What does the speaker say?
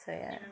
so yeah